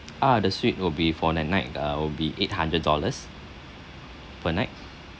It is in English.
ah the suite will be for the night uh will be eight hundred dollars per night